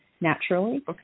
naturally